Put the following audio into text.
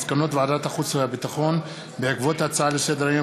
מסקנות ועדת החוץ והביטחון בעקבות דיון בהצעה לסדר-היום